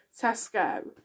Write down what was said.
Tesco